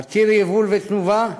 עתיר יבול ותנובה.